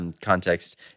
context